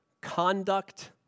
conduct